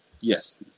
yes